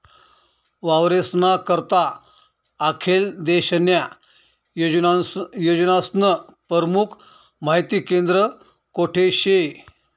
वावरेस्ना करता आखेल देशन्या योजनास्नं परमुख माहिती केंद्र कोठे शे?